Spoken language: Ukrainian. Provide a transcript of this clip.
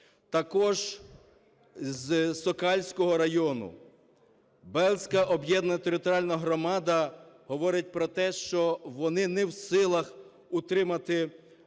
Також з Сокальського району Белзька об'єднана територіальна громада говорить про те, що вони не в силах утримати лікарню,